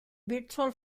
virtual